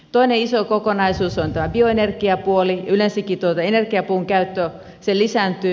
toinen iso kokonaisuus on tämä bioenergiapuoli yleensäkin energiapuun käyttö se lisääntyy